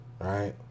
Right